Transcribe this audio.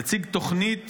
יציג תוכנית